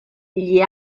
gli